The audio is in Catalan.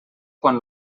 quan